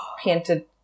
painted